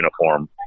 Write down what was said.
uniform